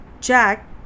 Jack